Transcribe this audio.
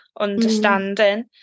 understanding